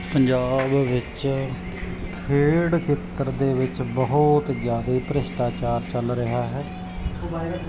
ਪੰਜਾਬ ਵਿੱਚ ਖੇਡ ਖੇਤਰ ਦੇ ਵਿੱਚ ਬਹੁਤ ਜ਼ਿਆਦਾ ਭ੍ਰਿਸ਼ਟਾਚਾਰ ਚੱਲ ਰਿਹਾ ਹੈ